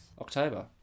October